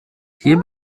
hier